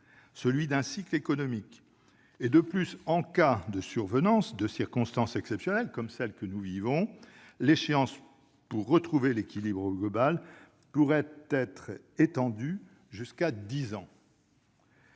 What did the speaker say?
celui d'un cycle économique. De plus, en cas de survenance de circonstances exceptionnelles comme celles que nous vivons, l'échéance pour retrouver un équilibre global pourrait être étendue jusqu'à dix ans.